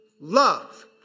love